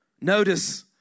Notice